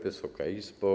Wysoka Izbo!